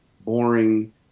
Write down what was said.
boring